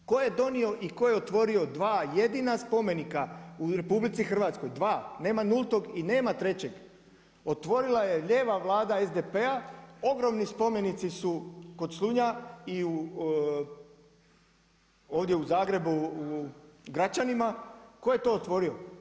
Tko je donio i t ko je otvorio 2 jedina spomenika u RH, 2, nema nultog i nema 3. Otvorila je lijeva Vlada SDP-a, ogromni spomenici su kod Slunja i u ovdje u Zagrebu, u Gračanima, tko je to otvorio?